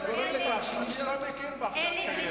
אתה גורם לכך, אני לא מכיר, אני מסיימת.